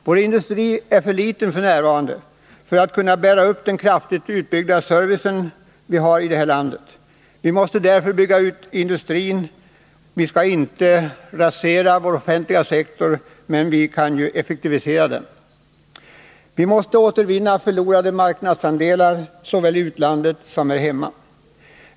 Vår industri är f.n. för liten för att kunna bära upp den kraftigt utbyggda offentliga service som vi har i det här landet. Vi måste därför bygga ut industrin. Vi skallinte rasera vår offentliga sektor, men vi kan ju effektivisera den. Vi måste återvinna förlorade marknadsandelar såväl i utlandet som här hemma.